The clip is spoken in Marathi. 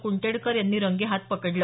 कुंडेटकर यांनी रंगेहात पकडलं